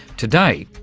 today,